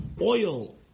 oil